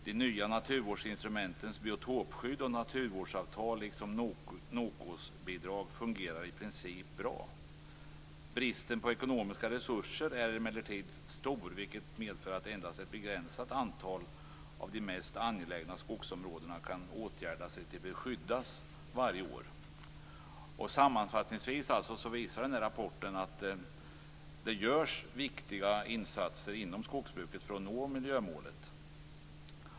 De nya naturvårdsinstrumenten, biotopskydd och naturvårdsavtal liksom NOKÅS-bidrag, fungerar i princip bra. Bristen på ekonomiska resurser är emellertid stor, vilket medför att endast ett begränsat antal av de mest angelägna skogsområdena kan åtgärdas och beskyddas varje år. Sammanfattningsvis visar rapporten att det görs viktiga insatser inom skogsbruket för att nå miljömålet.